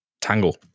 Tangle